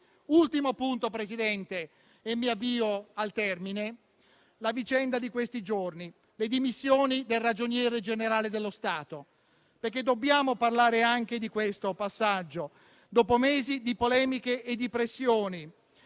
ultimo punto, avviandomi alla conclusione, sulla vicenda di questi giorni: le dimissioni del Ragioniere generale dello Stato. Dobbiamo parlare anche di questo passaggio dopo mesi di polemiche e di pressioni.